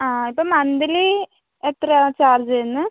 ആ ഇപ്പം മന്ത്ലി എത്രയാണ് ചാർജ് ചെയ്യുന്നത്